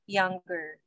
younger